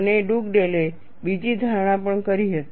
અને ડુગડેલે બીજી ધારણા પણ કરી હતી